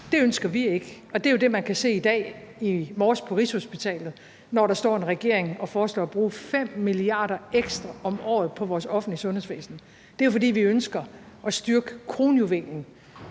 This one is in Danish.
Det ønsker vi ikke, og det var jo det, man kunne se i morges på Rigshospitalet, hvor der stod en regering og foreslog at bruge 5 mia. kr. ekstra om året på vores offentlige sundhedsvæsen. Det er jo, fordi vi ønsker at styrke kronjuvelen